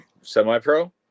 semi-pro